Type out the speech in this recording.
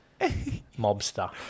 mobster